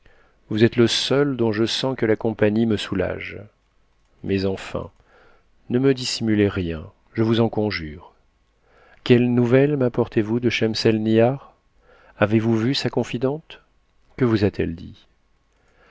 vous êtes le seul dont je sens que la compagnie me soulage mais enfin ne me dissimulez rien je vous eu conjure quelles nouvelles m'apportez-vous de schemselnihar avez-vous vu sa confidente que vous a-t-elle dit